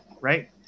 right